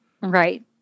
Right